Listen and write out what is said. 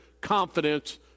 confidence